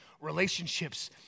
relationships